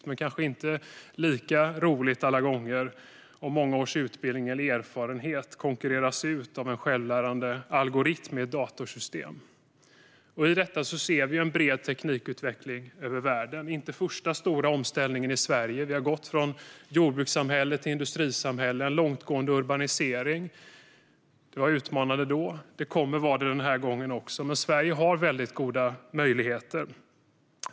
Men det är kanske inte lika roligt alla gånger om många års utbildning eller erfarenhet konkurreras ut av en självlärande algoritm i ett datorsystem. I fråga om detta ser vi en bred teknikutveckling över världen. Det är inte den första stora omställningen i Sverige. Vi har gått från jordbrukssamhälle till industrisamhälle och en långtgående urbanisering. Det var utmanande då. Det kommer det att vara den här gången också, men Sverige har väldigt goda möjligheter.